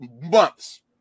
months